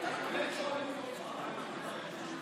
לכם, חורבן בית המקדש.